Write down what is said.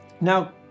Now